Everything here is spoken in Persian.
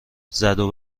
زدو